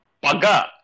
paga